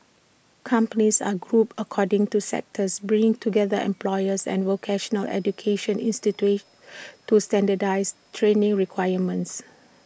companies are grouped according to sectors bringing together employers and vocational education institutes to standardise training requirements